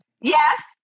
Yes